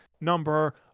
number